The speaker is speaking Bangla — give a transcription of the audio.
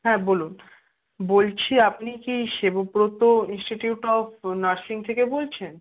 হ্যাঁ বলুন বলছি আপনি কি সেবব্রত ইন্সট্রিটিউট অফ নার্সিং থেকে বলছেন